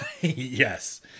Yes